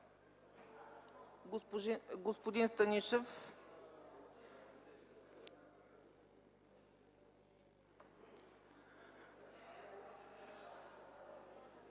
Господин Станишев.